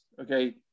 Okay